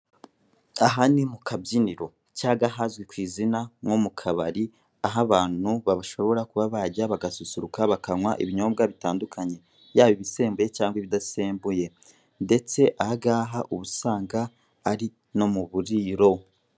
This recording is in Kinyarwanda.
Aha ni mu kabyiniro cyaga ahazwi ku izina nko mu kabari, aho abantu bashobora kuba bajya bagasusuruka bakanywa ibinyobwa bitandukanye, yaba ibisembuye cyangwa ibidasembuye, ndetse aha agaha uba usanga ari no mu buriro.